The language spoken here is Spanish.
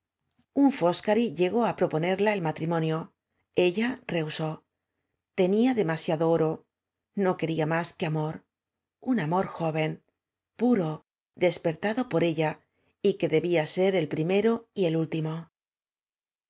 proposicione ua fóscarihegó á proponerla el matrimoaio ella rehusó teafa demasiado oro ao quería más que amor ua amor jo vea puro des pertado por ella y que debía ser el primero y el último